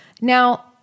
Now